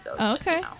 Okay